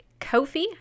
kofi